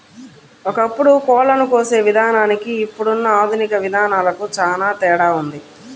ఒకప్పుడు కోళ్ళను కోసే విధానానికి ఇప్పుడున్న ఆధునిక విధానాలకు చానా తేడా ఉంది